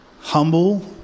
humble